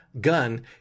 gun